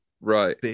Right